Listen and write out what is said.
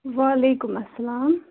وعلیکم اسلام